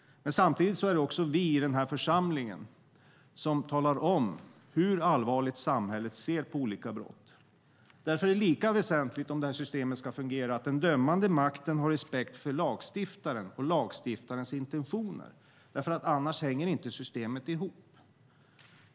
Samtidigt är det vi i denna församling som talar om hur allvarligt samhället ser på olika brott. Därför är det om systemet ska fungera lika väsentligt att den dömande makten har respekt för lagstiftaren och lagstiftarens intentioner. Annars hänger nämligen inte systemet ihop.